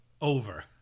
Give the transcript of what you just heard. over